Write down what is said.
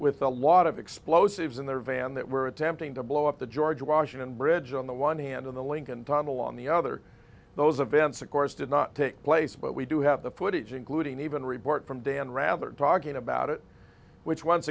with a lot of explosives in their van that were attempting to blow up the george washington bridge on the one hand on the lincoln tunnel on the other those events of course did not take place but we do have the footage including even a report from dan rather talking about it which once